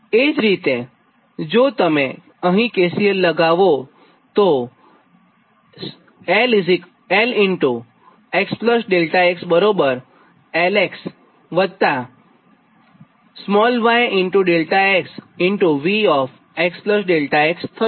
એ જ રીતે જો તમે અહીં KCL લગાવોતો 𝑙 x Δ𝑥 બરાબર 𝑙 વત્તા y Δ𝑥 V x Δ𝑥 થશે